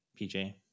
PJ